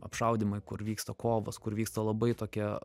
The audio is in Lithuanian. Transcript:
apšaudymai kur vyksta kovos kur vyksta labai tokie